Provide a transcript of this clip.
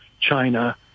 China